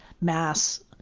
mass-